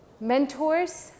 Mentors